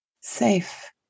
Safe